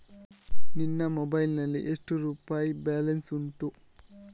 ನಿನ್ನ ಮೊಬೈಲ್ ನಲ್ಲಿ ಎಷ್ಟು ರುಪಾಯಿ ಬ್ಯಾಲೆನ್ಸ್ ಉಂಟು?